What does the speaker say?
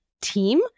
team